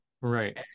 Right